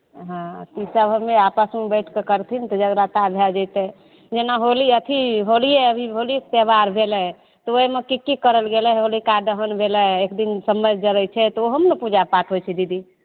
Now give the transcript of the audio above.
हँ त ई सब हमे आपसमे बैठ कऽ करथिन तऽ जगराता भऽ जेतै जेना होली अथी होलिये अभी होलिके त्यौहार भेलै तऽ ओहिमे की की करल गेलै होलिका दहन भेलै एक दिन सम्मैत जरै छै त ओहो म न पूजा पाठ होइ छै दिदी